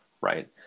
right